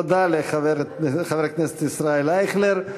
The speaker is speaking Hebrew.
תודה לחבר הכנסת ישראל אייכלר.